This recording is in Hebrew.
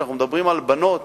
ואנחנו מדברים על בנות